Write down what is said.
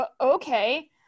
okay